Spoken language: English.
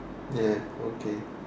ya okay